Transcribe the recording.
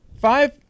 Five